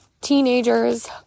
teenagers